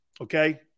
Okay